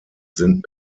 sind